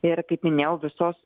ir kaip minėjau visos